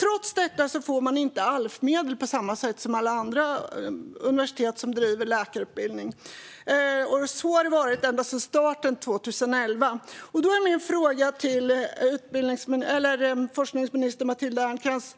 Trots detta får de inte ALF-medel på samma sätt som alla andra universitet som driver läkarutbildning. Så har det varit ända sedan starten 2011. Min fråga till forskningsminister Matilda Ernkrans